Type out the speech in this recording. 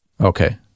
Okay